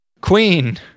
Queen